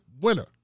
winner